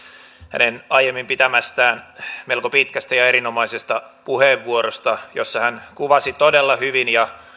hänen aiemmin pitämästään melko pitkästä ja erinomaisesta puheenvuorosta jossa hän kuvasi todella hyvin ja